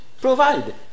provide